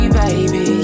baby